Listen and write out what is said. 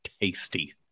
tasty